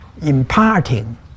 imparting